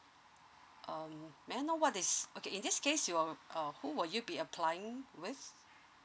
um may I know what is okay in this case you are uh who will you be applying with